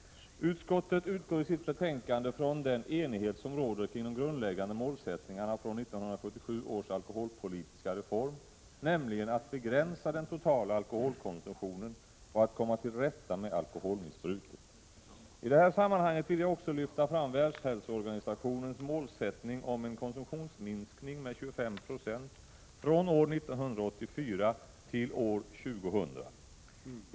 Utskottet ugår i sitt betänkande från den enighet som råder kring de grundläggande målsättningarna från 1977 års alkoholpolitiska reform, nämligen att begränsa den totala alkoholkonsumtionen och att komma till rätta med alkoholmissbruket. I det här sammanhanget vill jag också lyfta fram Världshälsoorganisationens målsättning om en konsumtionsminskning med 25 9 från år 1984 till år 2000.